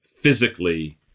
physically